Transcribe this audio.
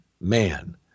Man